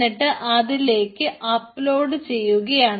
എന്നിട്ട് അതിലേക്ക് അപ്ലോഡ് ചെയ്യുകയാണ്